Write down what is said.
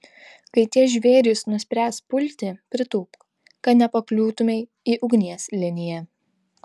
kai tie žvėrys nuspręs pulti pritūpk kad nepakliūtumei į ugnies liniją